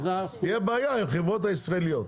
תהיה בעיה עם החברות הישראליות.